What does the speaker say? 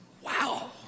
wow